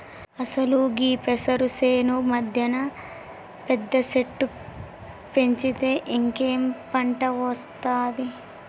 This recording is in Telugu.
అసలు గీ పెసరు సేను మధ్యన పెద్ద సెట్టు పెంచితే ఇంకేం పంట ఒస్తాది